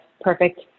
perfect